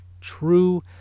true